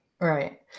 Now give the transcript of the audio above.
right